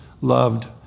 loved